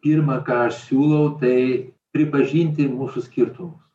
pirma ką aš siūlau tai pripažinti mūsų skirtumus